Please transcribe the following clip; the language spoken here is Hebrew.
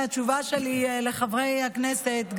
התשובה שלי לחברי הכנסת,